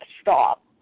stop